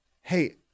hey